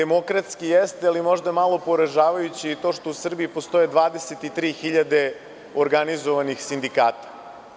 Demokratski jeste, ali je možda malo poražavajuće i to što u Srbiji postoji 23 hiljade organizovanih sindikata.